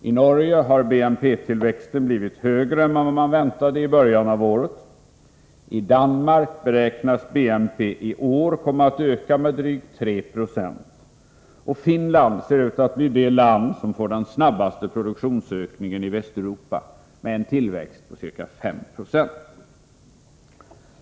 I Norge har BNP-tillväxten blivit högre än vad man väntade i början av året, i Danmark beräknas BNP i år komma att öka med drygt 3 90, och Finland ser ut att bli det land som får den snabbaste produktionsökningen i Västeuropa med en tillväxt på ca 5 90.